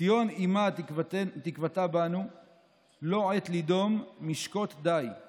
/ ציון אימא תקוותה בנו / לא עת לדום, משקוט די/